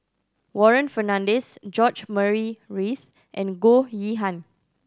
Warren Fernandez George Murray Reith and Goh Yihan